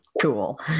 Cool